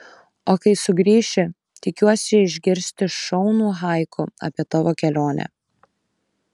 o kai sugrįši tikiuosi išgirsti šaunų haiku apie tavo kelionę